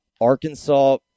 Arkansas